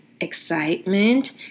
excitement